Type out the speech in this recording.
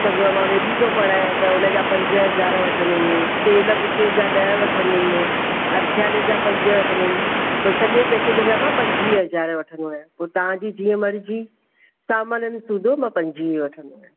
सम्झो मां वेॾी थो पढ़ायां त उनजा पंज हज़ार वठंदुमि तेल बूकीअ जा ॾह वठंदुमि हथियाले जा पंज वठंदुमि पोइ सॼे पैकेज जा मां पंजवीह हज़ार वठंदो आहियां पोइ तव्हां जी जीअं मर्ज़ी सामान सूधो मां पंजवीह वठंदो आहियां